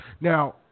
Now